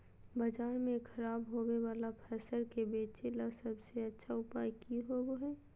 बाजार में खराब होबे वाला फसल के बेचे ला सबसे अच्छा उपाय की होबो हइ?